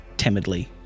timidly